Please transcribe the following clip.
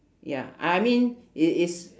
ya I mean it is